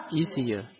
easier